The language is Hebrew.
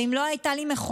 או אם לא הייתה לי מכונית,